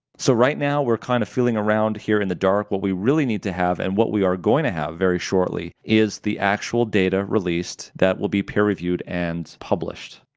so right now we're kind of feeling around in the dark. what we really need to have and what we are going to have very shortly is the actual data released that will be peer-reviewed and published.